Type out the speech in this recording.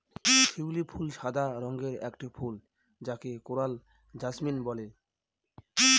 শিউলি ফুল সাদা রঙের একটি ফুল যাকে কোরাল জাসমিন বলে